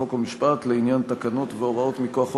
חוק ומשפט לעניין תקנות והוראות מכוח חוק